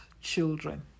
children